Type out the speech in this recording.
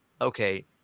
okay